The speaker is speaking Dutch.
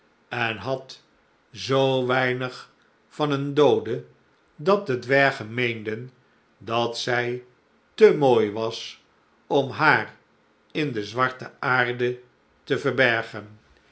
en had zoo weinig van een doode dat de dwergen meenden dat zij te mooi was om haar in de zwarte aarde te verbergen